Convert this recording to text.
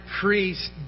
priest